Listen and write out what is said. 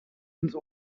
ins